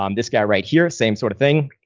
um this guy right here, same sort of thing,